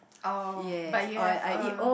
oh but you have a